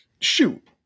Shoot